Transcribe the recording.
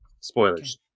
Spoilers